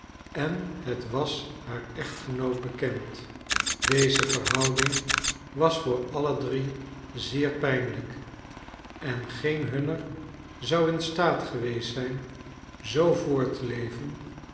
en het was haar echtgenoot bekend deze verhouding was voor alle drie zeer pijnlijk en geen hunner zou in staat geweest zijn zoo voort te leven